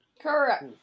Correct